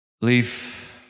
Leaf